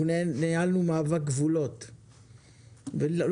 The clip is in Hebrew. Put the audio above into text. לדעתו של איתי.